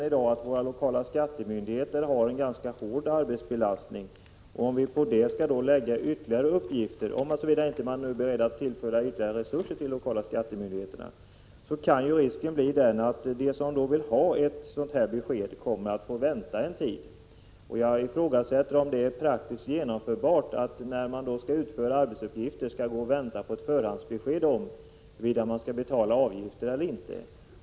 De lokala skattemyndigheterna har som vi vet en hård arbetsbelastning. Om vi då lägger på dem ytterligare uppgifter kan risken bli — såvida man inte är beredd att tillföra dem ytterligare resurser — att de som vill ha ett besked får vänta en tid. Det blir synnerligen besvärligt att behöva gå och vänta på förhandsbesked om huruvida man skall betala avgifter eller inte.